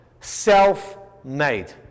Self-made